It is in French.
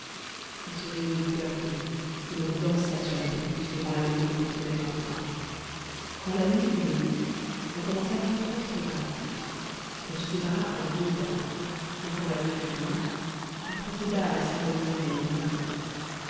on se réunit peu à peu et l'on dansa sur la pelouse devant la maison pour se mettre en train quand la nuit fut venue on commença d'étranges préparatifs on se sépara en deux bandes et quand la nuit fut close on procéda à la cérémonie des livrées